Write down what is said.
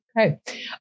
Okay